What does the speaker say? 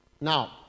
Now